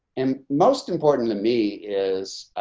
and most important to me is